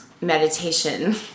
meditation